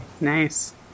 Nice